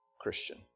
Christian